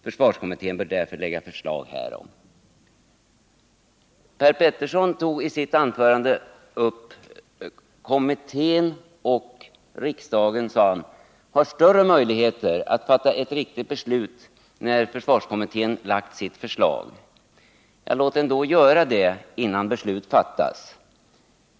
Försvarskommittén bör lägga förslag härom.” Per Petersson sade i sitt anförande att kommittén och riksdagen har möjligheter att fatta ett riktigt beslut när försvarskommittén har lagt fram sitt förslag. — Ja, låt den då göra detta innan avgörandet skall ske!